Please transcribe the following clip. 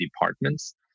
departments